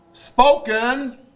Spoken